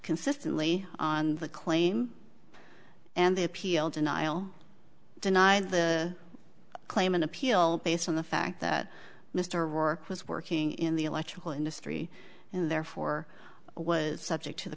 consistently on the claim and the appeal denial deny the claim an appeal based on the fact that mr roark was working in the electrical industry and therefore was subject to the